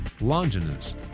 Longinus